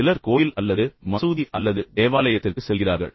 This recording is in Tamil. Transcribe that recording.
சிலர் கோயில் அல்லது மசூதி அல்லது தேவாலயத்திற்கு செல்கிறார்கள்